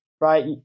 right